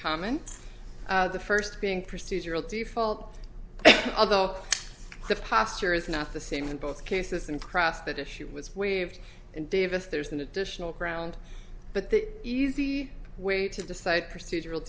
common the first being pursued your old default although the posture is not the same in both cases and cross that issue was waived and davis there's an additional ground but the easy way to decide procedural